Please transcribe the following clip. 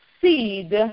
seed